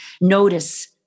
notice